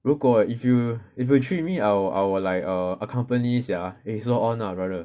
如果 if you if you treat me I will I will like err accompany sia eh so on lah brother